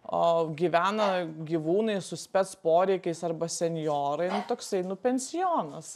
o gyvena gyvūnai su spec poreikiais arba senjorai nu toksai nu pensionas